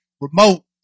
remote